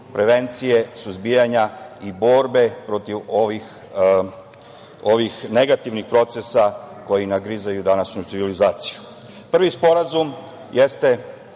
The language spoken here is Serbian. prevencije, suzbijanja i borbe protiv ovih negativnih procesa koji nagrizaju današnju civilizaciju. Prvi sporazum jeste